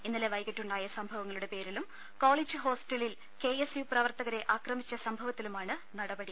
ഇന്നലെ വൈകിട്ടുണ്ടായ സംഭവങ്ങ ളുടെ പേരിലും കോളജ് ഹോസ്റ്റലിൽ കെഎസ് യു പ്രവർത്ത കരെ ആക്രമിച്ച സംഭവത്തിലുമാണ് നടപടി